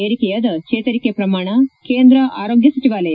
ಏರಿಕೆಯಾದ ಚೇತರಿಕೆ ಪ್ರಮಾಣ ಕೇಂದ ಆರೋಗ್ನ ಸಚಿವಾಲಯ